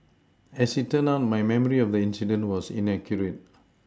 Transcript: as it turned out my memory of the incident was inaccurate